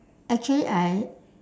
actually I